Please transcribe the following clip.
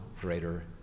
greater